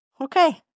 Okay